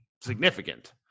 significant